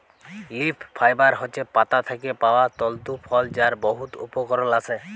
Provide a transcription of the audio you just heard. leaf fibre হছে পাতা থ্যাকে পাউয়া তলতু ফল যার বহুত উপকরল আসে